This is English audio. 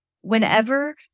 whenever